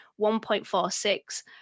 1.46